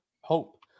Hope